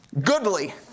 goodly